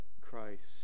Christ